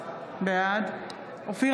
בעד אופיר